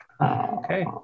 Okay